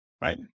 right